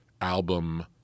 album